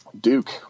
Duke